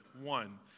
One